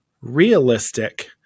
realistic